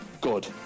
Good